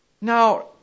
Now